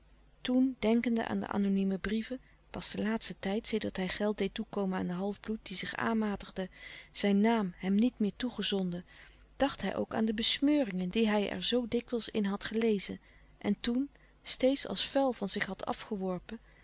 toen denkende aan de anonieme brieven pas den laatsten tijd sedert hij geld deed toekomen aan den halfbloed die zich aanmatigde zijn naam hem niet meer toegezonden dacht hij ook aan de besmeuringen die hij er zoo dikwijls in had gelezen en toen steeds als vuil van zich had afgeworpen